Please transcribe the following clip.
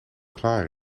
klaar